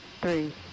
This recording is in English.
three